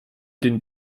den